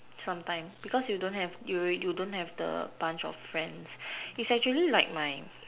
sometime because you don't have you you don't have the bunch of friends is actually like my